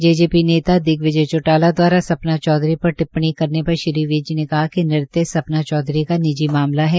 JJP नेता दिग्विजय चौटाला द्वारा सपना चौधरी पर टिप्पणी करने पर श्री विज ने कहा कि नृत्य सपना चौधरी का निजी मामला है